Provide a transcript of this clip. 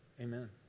Amen